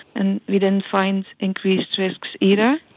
and we didn't find increased risks either.